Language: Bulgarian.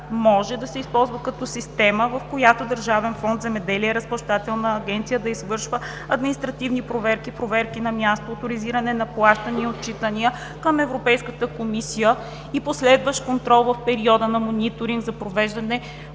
може да се използва като система, в която Държавен фонд „Земеделие“ – Разплащателна агенция, да извършва административни проверки, проверки на място, оторизиране на плащания и отчитания към Европейската комисия и последващ контрол в периода на мониторинг за провежданите